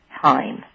Time